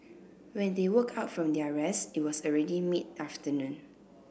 when they woke up from their rest it was already mid afternoon